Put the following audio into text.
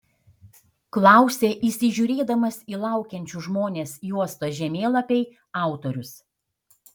klausia įsižiūrėdamas į laukiančius žmones juostos žemėlapiai autorius